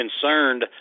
concerned